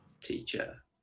teacher